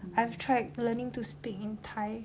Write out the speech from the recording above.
I have tried learning to speak in thai